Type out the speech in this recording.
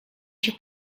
się